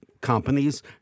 companies